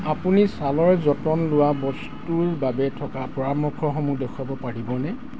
আপুনি ছালৰ যতন লোৱা বস্তুৰ বাবে থকা পৰামৰ্শসমূহ দেখুৱাব পাৰিবনে